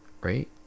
right